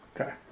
Okay